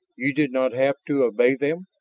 you did not have to obey them?